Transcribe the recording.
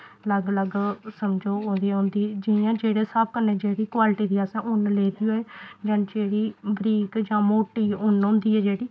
अलग अलग समझो ओह्दी होंदी जियां जेह्ड़े स्हाब कन्नै जेह्ड़ी क्वालिटी दी अस उन्न लेदी होऐ जां जेह्ड़ी बरीक जां मोटी उन्न होंदी ऐ जेह्ड़ी